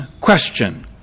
question